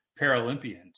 Paralympians